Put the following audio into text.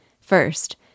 First